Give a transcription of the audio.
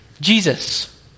Jesus